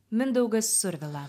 mindaugas survila